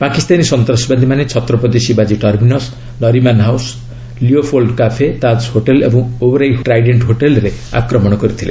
ପାକିସ୍ତାନୀ ସନ୍ତାସବାଦୀମାନେ ଛତ୍ରପତି ଶିବାଜୀ terminus Nariman house Leopold cafe Taj hotel ଏବଂ ଓବରାଇ ଟ୍ରାଇଡେଣ୍ଟ ହୋଟେଲ୍ରେ ଆକ୍ରମଣ କରିଥିଲେ